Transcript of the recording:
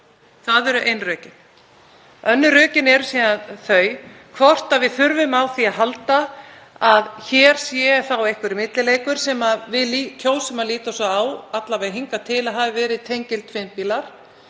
Það eru ein rökin. Önnur rökin eru þau hvort við þurfum á því að halda að hér sé þá einhver millileikur sem við kjósum að líta svo á, alla vega hingað til, að hafi verið tengiltvinnbílar